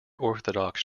orthodox